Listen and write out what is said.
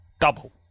double